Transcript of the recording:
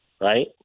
right